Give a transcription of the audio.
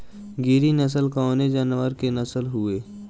गिरी नश्ल कवने जानवर के नस्ल हयुवे?